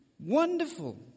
Wonderful